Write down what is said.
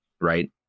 right